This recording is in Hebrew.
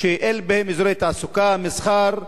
שאין בהם אזורי תעסוקה, מסחר.